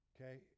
okay